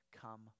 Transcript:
come